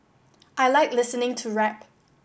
I like listening to rap